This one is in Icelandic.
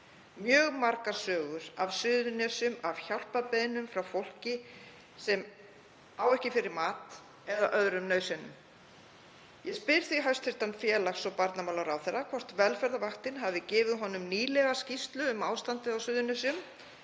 Mjög margar sögur eru af Suðurnesjum, af hjálparbeiðnum frá fólki sem á ekki fyrir mat eða öðrum nauðsynjum. Ég spyr því hæstv. félags- og barnamálaráðherra hvort velferðarvaktin hafi gefið honum nýlega skýrslu um ástandið á Suðurnesjum.